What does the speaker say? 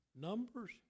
Numbers